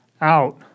out